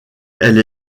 elle